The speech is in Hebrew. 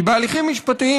כי בהליכים משפטיים,